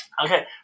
Okay